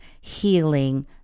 healing